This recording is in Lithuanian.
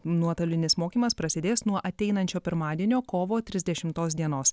nuotolinis mokymas prasidės nuo ateinančio pirmadienio kovo trisdešimtos dienos